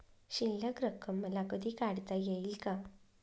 शिल्लक रक्कम मला कधी काढता येईल का?